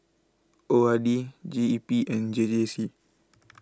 O R D G E P and J J C